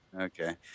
Okay